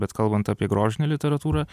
bet kalbant apie grožinę literatūrą